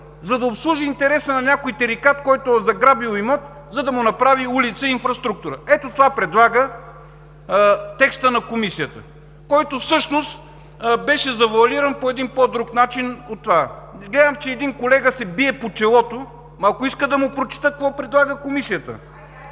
за да обслужи интереса на някой тарикат, който е заграбил имот, за да му направи улица и инфраструктура. Ето това предлага текстът на Комисията, който беше завоалиран по един по-друг начин. (Шум и реплики.) Гледам, че един колега се бие по челото – ако иска, да му прочета какво предлага Комисията?